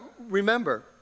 remember